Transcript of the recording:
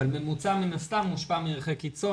אבל ממוצע מן הסתם מושפע מערכי קיצון,